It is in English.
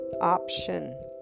option